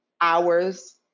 hours